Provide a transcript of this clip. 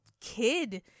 kid